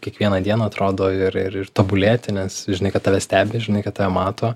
kiekvieną dieną atrodo ir ir ir tobulėti nes žinai kad tave stebi žinai kad tave mato